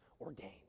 ordained